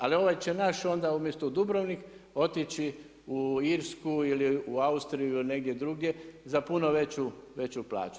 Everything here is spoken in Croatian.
Ali ovaj će naš onda umjesto u Dubrovnik otići u Irsku ili u Austriju ili negdje drugdje za puno veću plaću.